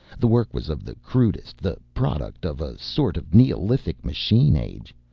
the work was of the crudest, the product of a sort of neolithic machine age.